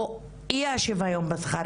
או אי השוויון בשכר,